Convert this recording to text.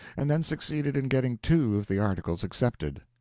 and then succeeded in getting two of the articles accepted.